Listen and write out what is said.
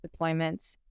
deployments